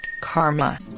karma